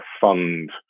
fund